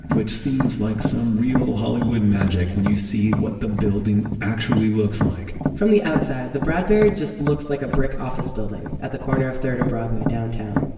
which seems like some real hollywood magic when you see what the building actually looks like from the outside the bradbury just looks like a brick office building at the corner of third and broadway downtown,